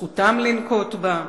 זכותם להשתמש בה,